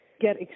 get